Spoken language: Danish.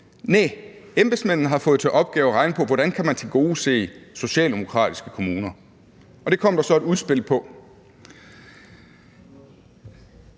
næh, embedsmændene har fået til opgave at regne på, hvordan man kan tilgodese socialdemokratiske kommuner, og det kom der så et udspil på.